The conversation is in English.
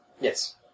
Yes